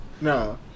No